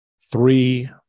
three